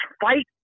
fight